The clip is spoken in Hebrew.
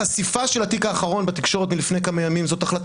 החשיפה של התיק האחרון בתקשורת מלפני כמה ימים זאת החלטה